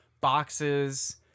boxes